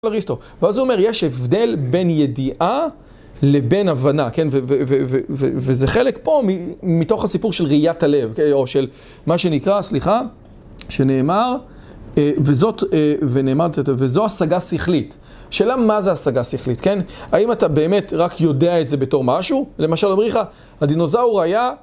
ואז הוא אומר, יש הבדל בין ידיעה לבין הבנה, כן, וזה חלק פה מתוך הסיפור של ראיית הלב, או של מה שנקרא, סליחה, שנאמר, וזאת, ונאמר... וזו השגה שכלית. שאלה, מה זה השגה שכלית, כן? האם אתה באמת רק יודע את זה בתור משהו? למשל, אומרים לך, הדינוזאור היה...